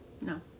No